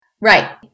Right